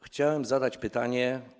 Chciałem zadać pytanie.